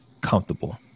comfortable